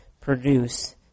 produce